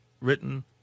written